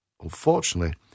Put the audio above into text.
Unfortunately